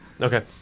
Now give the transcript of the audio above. Okay